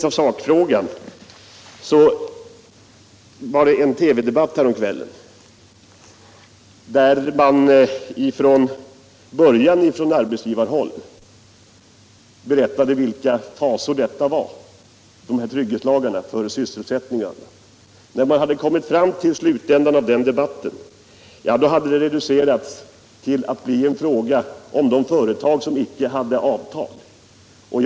I själva sakfrågan var det en TV-debatt häromkvällen, där man från arbetsgivarhåll från början skildrade vilka fasor trygghetslagarna medförde för sysselsättningen. När man hade kommit till slutet på den debatten hade emellertid fasorna reducerats till att bli en fråga om de företag som icke hade slutit avtal.